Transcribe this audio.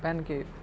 ପାନ୍କେ